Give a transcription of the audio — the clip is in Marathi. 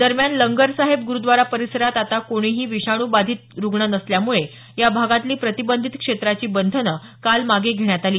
दरम्यान लंगर साहेब गुरुद्वारा परिसरात आता कोणीही विषाणू बाधित नसल्यामुळे या भागातली प्रतिबंधीत क्षेत्राची बंधनं काल मागे घेण्यात आली